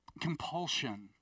compulsion